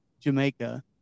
Jamaica